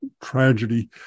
tragedy